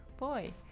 boy